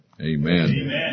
Amen